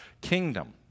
kingdom